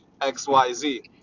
xyz